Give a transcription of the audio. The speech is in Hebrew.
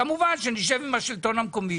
נשב עם השלטון המקומי.